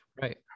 right